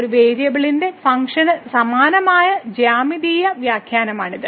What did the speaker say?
ഒരു വേരിയബിളിന്റെ ഫങ്ക്ഷന് സമാനമായ ജ്യാമിതീയ വ്യാഖ്യാനമാണ് ഇത്